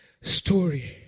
story